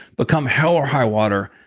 but come hell or high water,